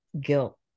guilt